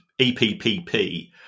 EPPP